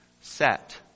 set